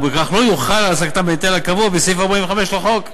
וכך לא יוחל על העסקתם ההיטל הקבוע בסעיף 45 לחוק.